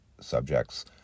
subjects